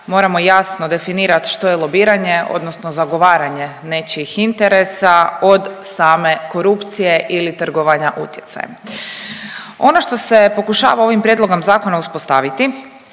moramo jasno definirati što je lobiranje odnosno zagovaranje nečijih interesa od same korupcije ili trgovanja utjecajem. Ono što se pokušava ovim Prijedlogom zakona uspostaviti